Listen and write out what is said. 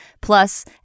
plus